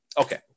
Okay